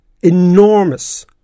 enormous